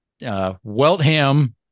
Weltham